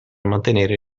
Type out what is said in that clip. mantenere